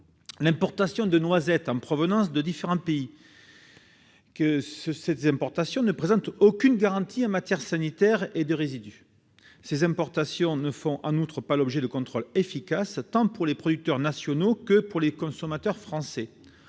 l'importation de noisettes en provenance de différents pays ne présente aucune garantie en matière sanitaire et de résidus. En outre, ces importations ne font pas l'objet de contrôles efficaces, pour les producteurs nationaux comme pour les consommateurs français,